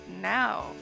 now